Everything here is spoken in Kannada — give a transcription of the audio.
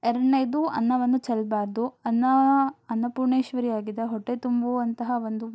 ಎರಡನೇದು ಅನ್ನವನ್ನು ಚೆಲ್ಲಬಾರ್ದು ಅನ್ನ ಅನ್ನಪೂರ್ಣೇಶ್ವರಿಯಾಗಿದೆ ಹೊಟ್ಟೆ ತುಂಬುವಂತಹ ಒಂದು